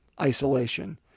isolation